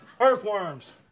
Earthworms